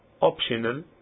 Optional